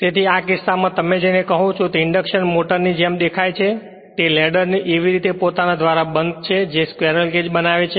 તેથી આ કિસ્સામાં તમે કેને કહો છો તે ઇન્ડક્શન મોટર ની જેમ દેખાય છે કે લેડર એવી રીતે પોતાના ધ્વારા બંધ છે જે સ્ક્વેરલ કેજ બનાવે છે